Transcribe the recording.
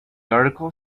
article